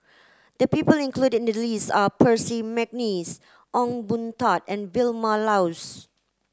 the people included in the list are Percy McNeice Ong Boon Tat and Vilma Laus